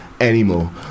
anymore